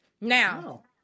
Now